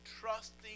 trusting